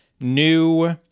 new